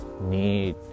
need